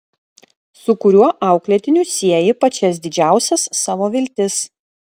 su kuriuo auklėtiniu sieji pačias didžiausias savo viltis